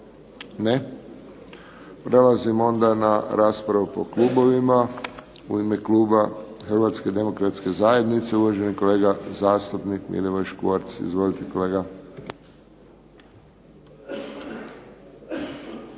Ne. Prelazimo onda na raspravu po klubovima. U ime kluba Hrvatske demokratske zajednice uvaženi kolega zastupnik Milivoj Škvorc. Izvolite.